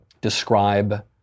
describe